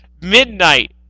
midnight